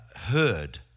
heard